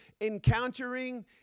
encountering